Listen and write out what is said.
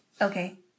Okay